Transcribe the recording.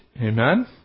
Amen